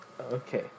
Okay